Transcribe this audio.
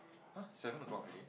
!huh! seven o-clock already